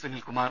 Sunilkumar